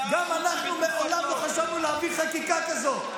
גם אנחנו מעולם לא חשבנו להעביר חקיקה כזאת,